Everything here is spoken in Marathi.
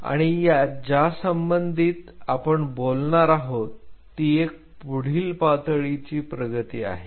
आणि ज्या संबंधित आपण बोलणार आहोत ती एक पुढील पातळीची प्रगती आहे